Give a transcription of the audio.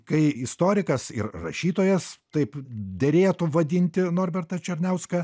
kai istorikas ir rašytojas taip derėtų vadinti norbertą černiauską